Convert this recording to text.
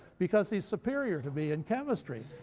because he's superior to me in chemistry.